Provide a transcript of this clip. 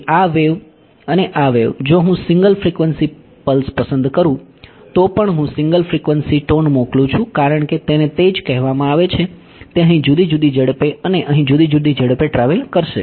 તેથી આ વેવ અને આ વેવ જો હું સિંગલ ફ્રીક્વન્સી પલ્સ પસંદ કરું તો પણ હું સિંગલ ફ્રિકવન્સી ટોન મોકલું છું કારણ કે તેને તે જ કહેવામાં આવે છે તે અહીં જુદી જુદી ઝડપે અને અહીં જુદી જુદી ઝડપે ટ્રાવેલ કરશે